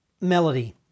melody